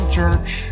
church